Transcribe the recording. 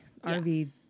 RV